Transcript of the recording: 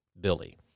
Billy